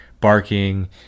barking